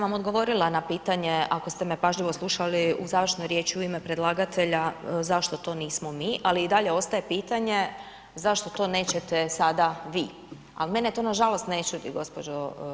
Ja sam odgovorila na pitanje ako ste me pažljivo slušali u završnoj riječi u ime predlagatelja zašto to nismo mi ali i dalje ostaje pitanje zašto to nećete sada vi. ali mene to nažalost ne čudi gđo.